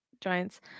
Giants